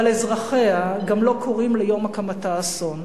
אבל אזרחיה גם לא קוראים ליום הקמתה "אסון".